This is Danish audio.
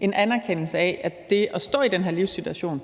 en anerkendelse af, at det at stå i den her livssituation